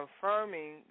confirming